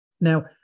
Now